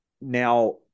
Now